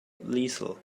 lethal